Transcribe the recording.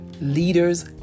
leaders